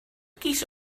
geese